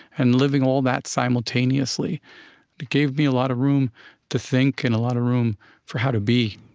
and living all that simultaneously, it gave me a lot of room to think and a lot of room for how to be